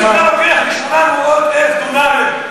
אם נשאר 100 מ-800,000 דונמים,